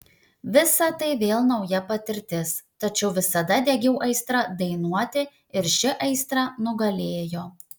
visa tai vėl nauja patirtis tačiau visada degiau aistra dainuoti ir ši aistra nugalėjo